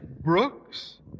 Brooks